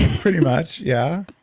pretty much, yeah?